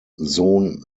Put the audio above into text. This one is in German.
sohn